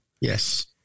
Yes